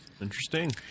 Interesting